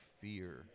fear